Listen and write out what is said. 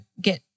get